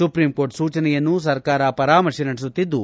supreme court ಸೂಚನೆಯನ್ನು ಸರ್ಕಾರ ಪರಾಮರ್ಶೆ ನಡೆಸುತ್ತಿದ್ದು